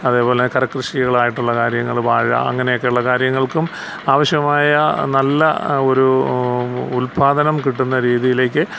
അതേപോലെ കരകൃഷികളായിട്ടുള്ള കാര്യങ്ങൾ വാഴ അങ്ങനെയൊക്കെയുള്ള കാര്യങ്ങൾക്കും ആവശ്യമായ നല്ല ഒരു ഉത്പാദനം കിട്ടുന്ന രീതിയിലേക്ക്